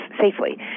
safely